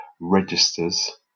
registers